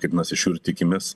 kaip mes iš jų ir tikimės